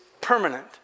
permanent